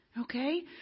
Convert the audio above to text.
Okay